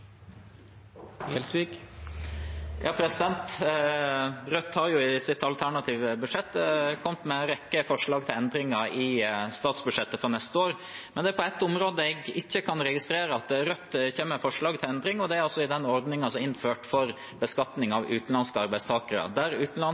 Rødt har i sitt alternative budsjett kommet med en rekke forslag til endringer i statsbudsjettet for neste år. Men på ett område kan jeg ikke registrere at Rødt kommer med forslag til endring, og det er i ordningen som er innført for beskatning av utenlandske arbeidstakere.